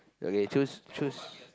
okay choose choose